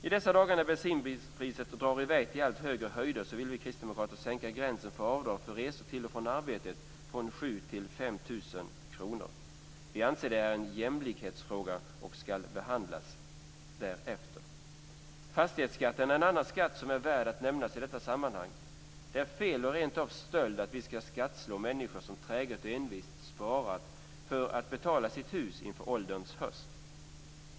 I dessa dagar när bensinpriset drar i väg till allt högre höjder vill vi kristdemokrater sänka gränsen för avdrag för resor till och från arbetet från 7 000 kr till 5 000 kr. Vi anser att det är en jämlikhetsfråga och att den ska behandlas därefter. Fastighetsskatten är en annan skatt som är värd att nämna i detta sammanhang. Det är fel och rent av stöld att vi ska skattslå människor som träget och envist sparat för att betala sitt hus inför ålderns höst.